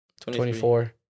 Twenty-four